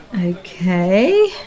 Okay